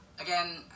Again